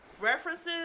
references